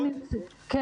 כן.